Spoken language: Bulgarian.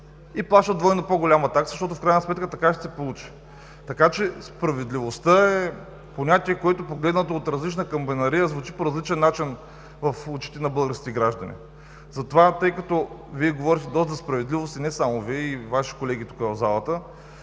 и плащат двойно по-голяма такса, защото в крайна сметка така ще се получи. Така че справедливостта е понятие, което погледнато от различна камбанария, звучи по различен начин в очите на българските граждани. Затова тъй като Вие говорите доста справедливости и не само Вие, и Ваши колеги тук в залата,